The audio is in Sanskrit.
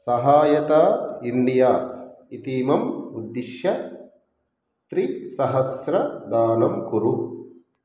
सहायता इण्डिया इतीमम् उद्दिश्य त्रिसहस्रं दानं कुरु